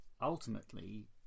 ultimately